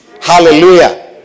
Hallelujah